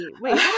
wait